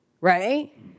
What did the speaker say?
right